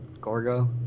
Gorgo